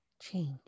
change